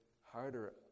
harder